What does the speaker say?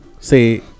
say